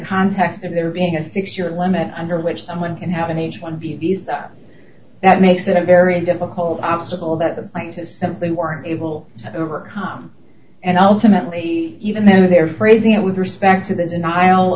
context of there being a six year limit under which someone can have an h one b visa that makes that a very difficult obstacle that the right to simply weren't able to overcome and ultimately even though they're phrasing it with respect to the denial